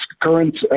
current